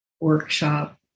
workshop